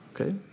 Okay